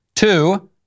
Two